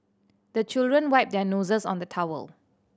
the children wipe their noses on the towel